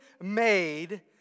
made